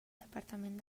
departament